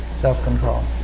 self-control